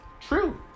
True